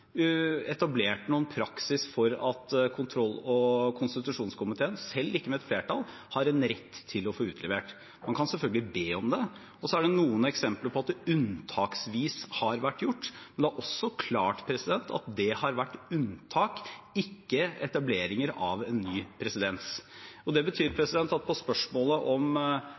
etablert noen praksis for at kontroll- og konstitusjonskomiteen – selv ikke med et flertall – har rett til å få utlevert. Man kan selvfølgelig be om det, og det er noen eksempler på at det unntaksvis har blitt utlevert, men det er også klart at det har vært unntak, ikke etablering av en ny presedens. Det betyr at på spørsmålet om